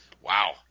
wow